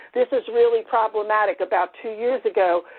this is really problematic. about two years ago,